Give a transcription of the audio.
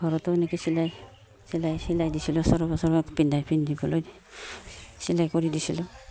ঘৰতো এনেকৈ চিলাই চিলাই চিলাই দিছিলোঁ ওচৰৰ পাঁজৰত পিন্ধাই পিন্ধিবলৈ চিলাই কৰি দিছিলোঁ